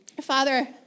Father